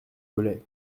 velay